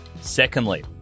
Secondly